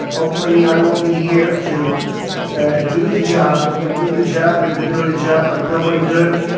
hopefully i will be here to do the job. we're going to do the job. we've been doing a job like nobody could.